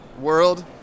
world